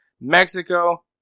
Mexico